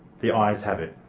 the ayes have it.